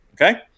Okay